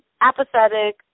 apathetic